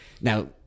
Now